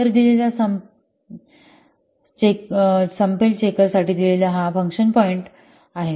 तर दिलेला संपेल चेकर साठी दिलेले हा फंक्शन पॉईंट पॉईंट आहे